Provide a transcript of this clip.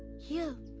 here,